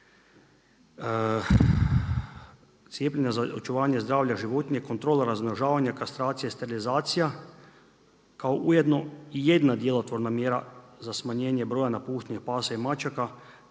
cijepljenja za očuvanje zdravlja životinja i kontrola razmnožavanja, kastracija i sterilizacija kao ujedno i jedna djelotvorna mjera za smanjenje broja napuštenih pasa i mačaka